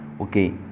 okay